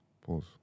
Pause